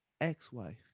ex-wife